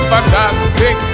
Fantastic